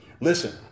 listen